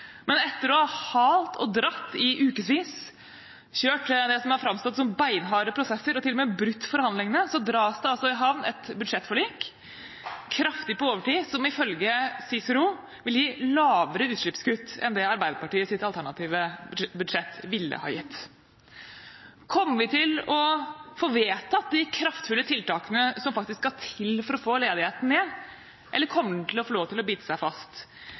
Men etter å ha halt og dratt i ukevis, kjørt det som har framstått som beinharde prosesser, og til og med brutt forhandlingene, så dras det altså i havn et budsjettforlik, kraftig på overtid, som, ifølge CICERO, vil gi lavere utslippskutt enn det Arbeiderpartiets alternative budsjett ville ha gitt. Kommer vi til å få vedtatt de kraftfulle tiltakene som faktisk skal til for å få ledigheten ned, eller kommer den til å få lov til å bite seg fast?